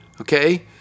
okay